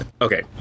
Okay